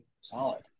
Solid